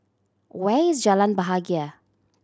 where is Jalan Bahagia